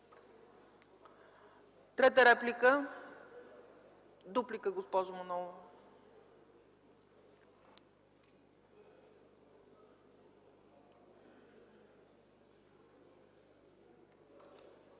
Трета реплика? Дуплика, госпожо Манолова.